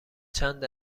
چند